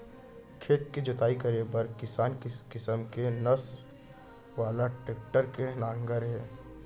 खेत के जोतई करे बर किसम किसम के नास वाला टेक्टर के नांगर हे